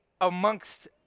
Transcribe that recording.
amongst